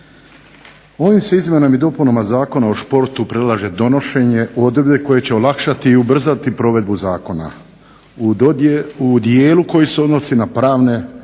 Ovim se izmjenama i dopunama Zakona o športu predlaže donošenje odredbe koje će olakšati i ubrzati provedbu zakona. U dijelu koji se odnosi na pravne